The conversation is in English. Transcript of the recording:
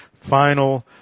final